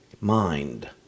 mind